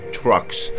trucks